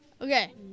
Okay